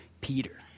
Peter